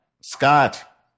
Scott